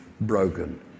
broken